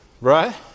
Right